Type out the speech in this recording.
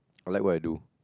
I like what I do